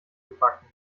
gebacken